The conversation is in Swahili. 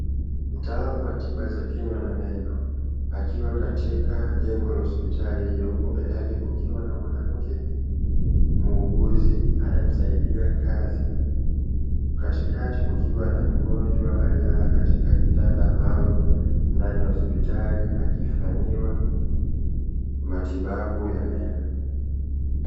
Mtaalamu wa tiba za kinywa na meno akiwa katika jengo la hospitali huku mbele yake kukiwa na mwanamke muuguzi anayemsaidia kazi, katikati kukiwa na mgonjwa aliyelala katika kitanda maalumu ndani ya hospitali akifanyiwa matibabu ya meno.